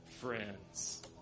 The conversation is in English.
friends